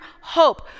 hope